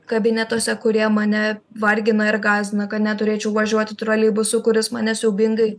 kabinetuose kurie mane vargina ir gąsdina kad neturėčiau važiuoti troleibusu kuris mane siaubingai